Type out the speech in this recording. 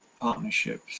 partnerships